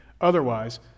otherwise